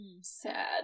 sad